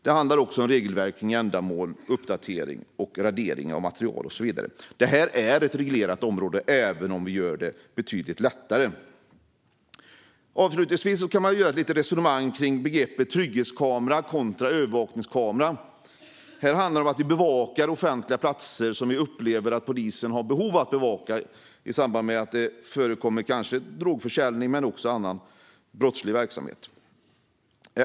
Det handlar också om regelverk kring ändamål, uppdatering och radering av material och så vidare. Detta är alltså ett reglerat område även om vi nu gör det betydligt lättare. Avslutningsvis kan man föra ett litet resonemang om begreppen trygghetskamera kontra övervakningskamera. Här handlar det om att vi övervakar offentliga platser som vi upplever att polisen har behov av att övervaka i samband med att det kanske förekommer drogförsäljning eller annan brottslig verksamhet.